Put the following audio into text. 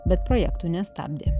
bet projektų nestabdė